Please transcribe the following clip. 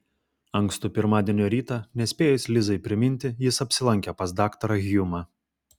ankstų pirmadienio rytą nespėjus lizai priminti jis apsilankė pas daktarą hjumą